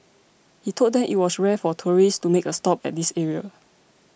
he told them it was rare for tourists to make a stop at this area